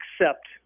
accept